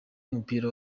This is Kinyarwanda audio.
w’umupira